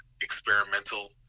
experimental